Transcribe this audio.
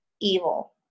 evil